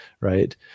right